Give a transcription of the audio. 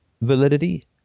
validity